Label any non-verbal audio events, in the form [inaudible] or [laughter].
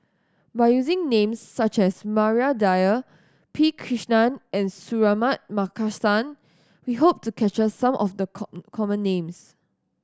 by using names such as Maria Dyer P Krishnan and Suratman Markasan we hope to capture some of the [unintelligible] common names